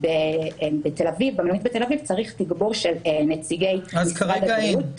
בתל אביב צריך תגבור של נציגי משרד הבריאות -- אז כרגע אין.